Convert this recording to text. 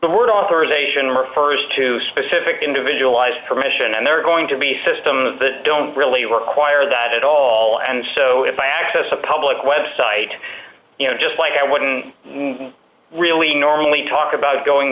the word authorization refers to specific individualized permission and there are going to be system that don't really work choir that at all and so if i access a public web site you know just like i wouldn't really normally talk about going